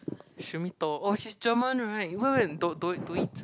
she only told oh she's German right what you mean don't don't don't need